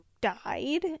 died